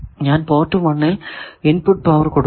ഞാൻ പോർട്ട് 1 ൽ input power കൊടുക്കുന്നു